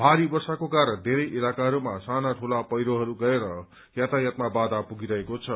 भारी वर्षाको कारण धेरै इलाकाहरूमा साना ठूला पहिरोहरू गएर यातायातमा बाधा पुगी रहेको छ